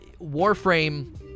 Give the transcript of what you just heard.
Warframe